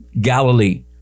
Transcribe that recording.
Galilee